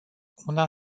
una